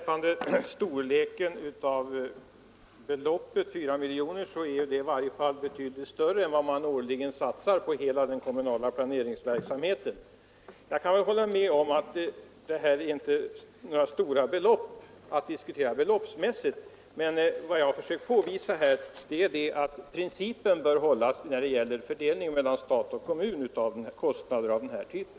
Fru talman! Summan 4 miljoner kronor är i varje fall betydligt större än vad man årligen satsar på hela den kommunala planeringsverksamheten. Jag kan hålla med om att det här inte är några stora belopp att diskutera, men vad jag har försökt påvisa är att man bör hålla fast vid principen för fördelning mellan stat och kommun av kostnader av den här typen.